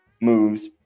moves